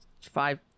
five